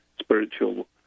spiritual